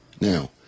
Now